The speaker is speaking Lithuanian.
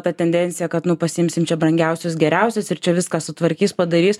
ta tendencija kad nu pasiimsim čia brangiausius geriausius ir čia viską sutvarkys padarys